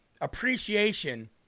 appreciation